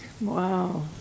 Wow